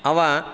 ಅವ